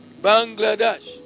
Bangladesh